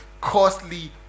costly